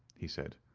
he said.